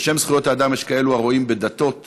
בשם זכויות האדם יש כאלו הרואים בדתות פשע.